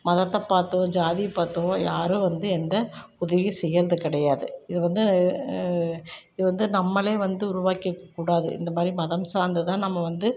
மதத்தை பாத்தோ ஜாதியை பாத்தோ யாரும் வந்து எந்த உதவியும் செய்யறது கிடையாது இது வந்து இது வந்து நம்மளே வந்து உருவாய்க்கக்கூடாது இந்த மாதிரி மதம் சார்ந்து தான் நம்ம வந்து